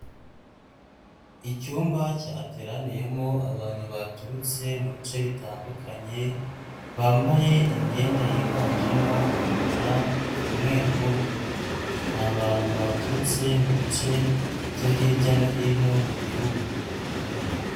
Icyumba cyateraniyemo abantu baturutse mu bice bitandukanye, bambaye imyenda yiganjemo umukara, umweru n'ubururu. Ni abantu baturutse mu bice byo hirya no hino mu Gihugu.